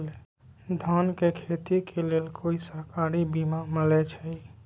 धान के खेती के लेल कोइ सरकारी बीमा मलैछई?